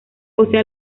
posee